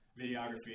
videography